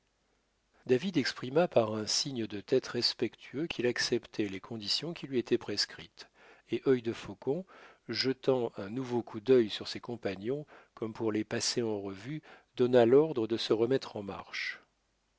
david exprima par un signe de tête respectueux qu'il acceptait les conditions qui lui étaient prescrites et œil de faucon jetant un nouveau coup d'œil sur ses compagnons comme pour les passer en revue donna l'ordre de se remettre en marche